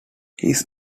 his